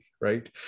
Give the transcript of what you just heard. right